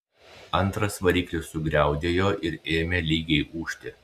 antras variklis sugriaudėjo ir ėmė lygiai ūžti